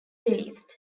released